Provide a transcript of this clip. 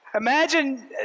imagine